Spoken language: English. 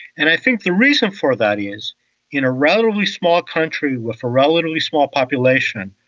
and i think the reason for that is in a relatively small country with a relatively small population,